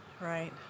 right